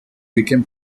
became